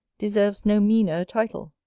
deserves no meaner a title,